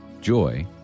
joy